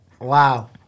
Wow